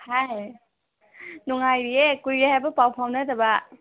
ꯍꯥꯏ ꯅꯨꯡꯉꯥꯏꯔꯤꯌꯦ ꯀꯨꯏꯔꯦ ꯍꯥꯏꯕ ꯄꯥꯎ ꯐꯥꯎꯅꯗꯕ